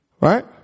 Right